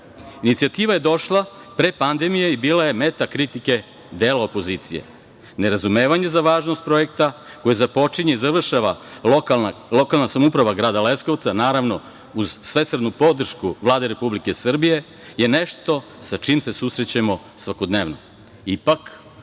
Inicijativa je došla pre pandemije i bila je meta kritike dela opozicije. Nerazumevanje za važnost projekta koji započinje i završava lokalna samouprava grada Leskovca, naravno, uz svesrdnu podršku Vlade Republike Srbije je nešto sa čim se susrećemo svakodnevno.